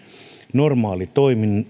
normaalitoimista